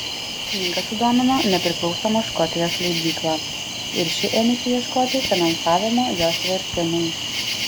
knyga sudomino nepriklausomą škotijos leidyklą ir ši ėmėsi ieškoti finansavimo jos vertimui